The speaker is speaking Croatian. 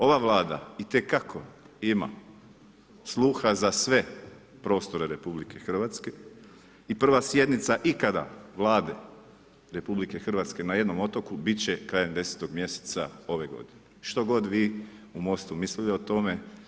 Ova Vlada itekako ima sluha za sve prostore RH i prva sjednica ikada Vlade RH na jednom otoku biti će krajem 10 mjeseca ove godine, što god vi u MOST-u mislili o tome.